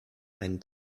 einen